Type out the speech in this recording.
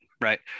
right